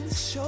Show